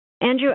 Andrew